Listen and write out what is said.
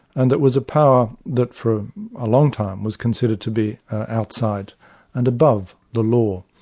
and that was a power that for a long time was considered to be outside and above the law.